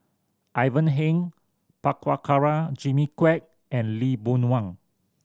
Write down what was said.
Ivan Heng Prabhakara Jimmy Quek and Lee Boon Wang